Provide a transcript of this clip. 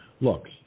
Look